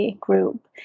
group